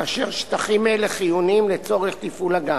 כאשר שטחים אלה חיוניים לצורך תפעול הגן.